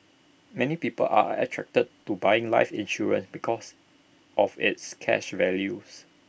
many people are attracted to buying life insurance because of its cash values